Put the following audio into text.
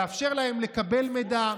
לאפשר להם לקבל מידע,